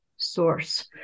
source